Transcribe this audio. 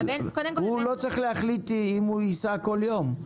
הוא לא צריך להחליט אם הוא ייסע כל יום.